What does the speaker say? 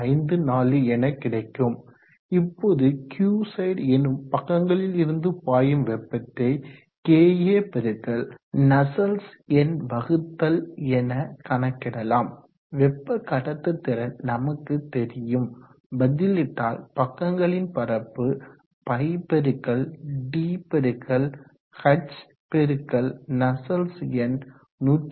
54என கிடைக்கும் இப்போது Qside எனும் பக்கங்களில் இருந்து பாயும் வெப்பத்தை KA பெருக்கல் நஸ்சல்ட்ஸ் எண் வகுத்தல் என கணக்கிடலாம் வெப்ப கடத்துதிறன் நமக்கு தெரியும் பதிலிட்டால் பக்கங்களின் பரப்பு π×d×h× நஸ்சல்ட்ஸ் எண் 127